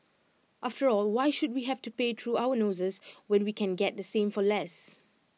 after all why should we have to pay through our noses when we can get the same for less